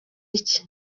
iki